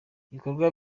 ibikorwa